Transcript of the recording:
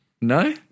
No